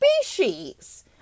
species